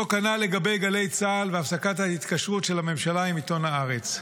אותו כנ"ל לגבי גלי צה"ל והפסקת ההתקשרות של הממשלה עם עיתון הארץ.